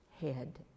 head